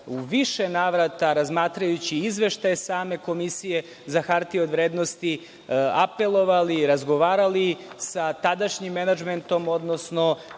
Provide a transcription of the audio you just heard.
u više navrata razmatrajući izveštaje same Komisije za hartije od vrednosti apelovali, razgovarali sa tadašnjim menadžmentom, odnosno